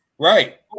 Right